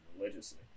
religiously